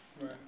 Right